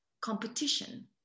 competition